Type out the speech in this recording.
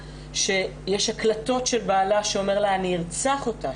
יש הקלטות של בעלה שאומר לה שהוא ירצח אותה.